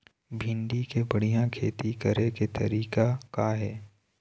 भिंडी के बढ़िया खेती करे के तरीका का हे?